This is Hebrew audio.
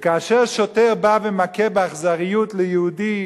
וכאשר שוטר בא ומכה באכזריות יהודי,